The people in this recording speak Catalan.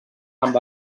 amb